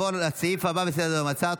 להלן תוצאות ההצבעה: 47 בעד,